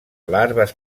larves